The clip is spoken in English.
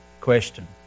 question